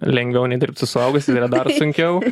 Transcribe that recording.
lengviau nei dirbt su suaugusiais ir yra dar sunkiau